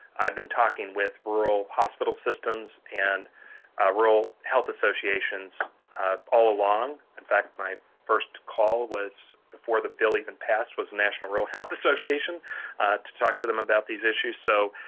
i've been talking with rural hospital systems and rural health associations all along, in fact my first call was before the bill even passed was national rural health association to talk to them about these issues. so,